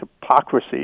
hypocrisy